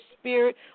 spirit